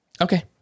Okay